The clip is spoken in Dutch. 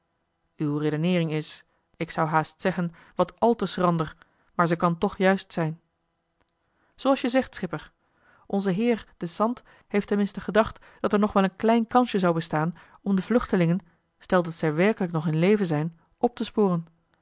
uw redeneering is ik zou haast zeggen wat al te schrander maar ze kan toch juist zijn zooals je zegt schipper onze heer de sant heeft ten minste gedacht dat er nog wel een klein kansje zou bestaan om de vluchtelingen stel dat zij werkelijk nog in leven zijn op te sporen